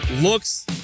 looks